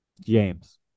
James